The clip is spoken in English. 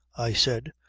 i said,